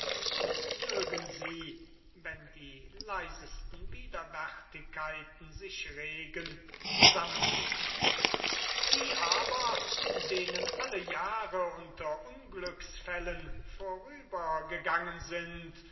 und mögen sie wenn die leisesten widerwärtigkeiten sich regen zusammensinken die aber denen alle jahre unter unglücksfällen vorübergegangen sind